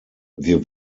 wir